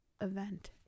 event